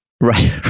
Right